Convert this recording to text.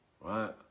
right